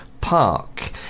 Park